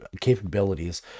capabilities